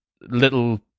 little